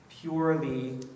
purely